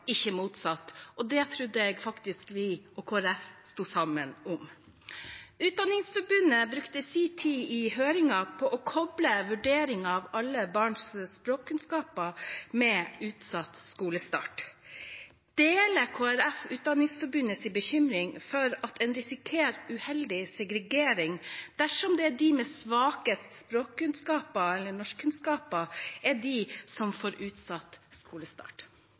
ikke motsatt, og det trodde jeg faktisk vi og Kristelig Folkeparti sto sammen om. Utdanningsforbundet brukte sin tid i høringen på å koble vurderingen av alle barns språkkunnskaper med utsatt skolestart. Deler Kristelig Folkeparti Utdanningsforbundets bekymring for at en risikerer uheldig segregering dersom det er de med svakest språkkunnskaper, eller norskkunnskaper, som får utsatt skolestart?